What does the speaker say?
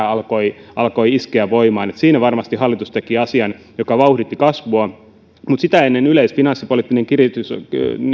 alkoi alkoi iskeä voimaan että siinä varmasti hallitus teki asian joka vauhditti kasvua mutta sitä ennen yleisfinanssipoliittinen